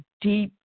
deep